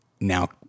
Now